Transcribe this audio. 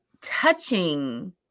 touching